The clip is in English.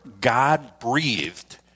God-breathed